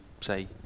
say